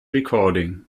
recording